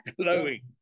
glowing